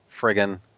friggin